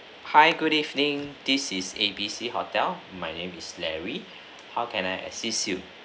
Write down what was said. hi good evening this is A B C hotel my name is larry how can I assist you